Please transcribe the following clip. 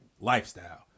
lifestyle